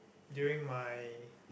during my